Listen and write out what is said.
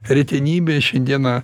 retenybė šiandieną